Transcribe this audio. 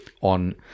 on